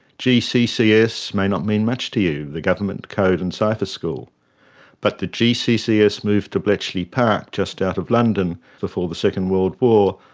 gccs may not mean much to you the government code and cipher school but that gccs moved to bletchley park just out of london, before the second world war,